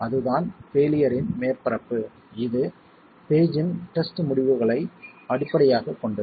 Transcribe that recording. அதுதான் பெயிலியர்யின் மேற்பரப்பு இது பேஜ்ஜின் டெஸ்ட் முடிவுகளை அடிப்படையாகக் கொண்டது